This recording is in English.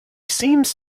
seems